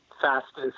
fastest